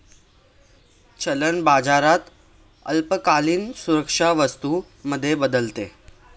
चलन बाजारात अल्पकालीन सुरक्षा वस्तू मध्ये बदलते